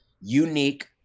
unique